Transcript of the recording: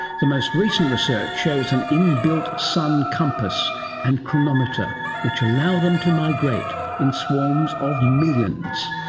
the most recent research shows an inbuilt sun compass and chronometer which allow them to migrate in swarms of millions.